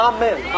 Amen